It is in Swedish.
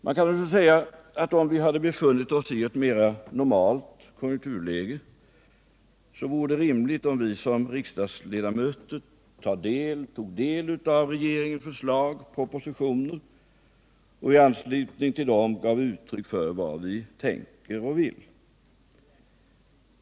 Man kan kanske säga att om vi hade befunnit oss i ett mera normalt konjunkturläge, vore det rimligt om vi som riksdagsledamöter tog del av regeringens propositioner och i anslutning till dem gav uttryck för vad vi tänker och vill.